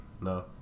no